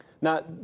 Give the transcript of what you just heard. Now